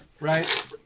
right